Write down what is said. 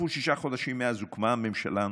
חלפו שישה חודשים מאז הוקמה הממשלה הנוכחית,